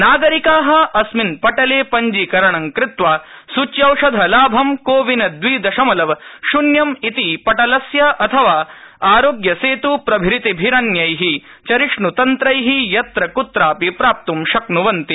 नागरिका अस्मिन् पटले पञ्जीकरणं कृत्वा सूच्यौषध लाभं कोविन् द्वि दशमलव शून्यम् इति पटलस्य अथवा आरोग्यसेत् प्रभृतिभिरन्य चरिष्णुतन्त्र यत्र क्त्रापि प्राप्त् शक्नुवन्ति